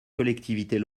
collectivités